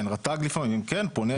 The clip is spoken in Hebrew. כן, רט"ג לפעמים פונה.